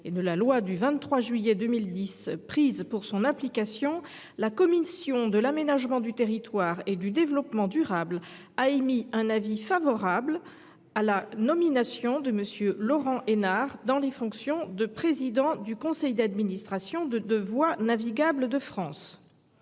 et de la loi du 23 juillet 2010 prise pour son application, la commission de l’aménagement du territoire et du développement durable a émis un avis favorable sur la nomination de M. Laurent Hénart dans les fonctions de président du conseil d’administration de Voies navigables de France.